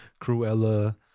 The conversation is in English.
Cruella